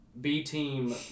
B-team